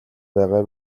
байгаа